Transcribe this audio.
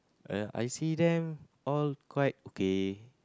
uh I see them all quite okay